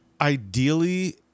ideally